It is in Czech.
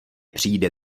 přijde